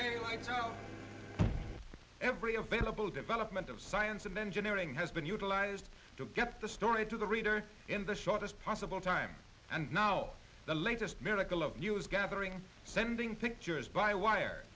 know every available development of science and engineering has been utilized to get the story to the reader in the shortest possible time and now the latest miracle of news gathering sending pictures by wire